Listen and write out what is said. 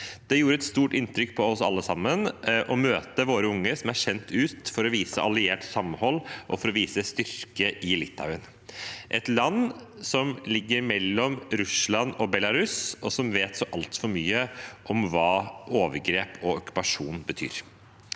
Det gjorde et stort inntrykk på oss alle sammen å møte våre unge som er sendt ut for å vise alliert samhold og for å vise styrke i Litauen, et land som ligger mellom Russland og Belarus, og som vet så altfor mye om hva overgrep og okkupasjon betyr.